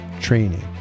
training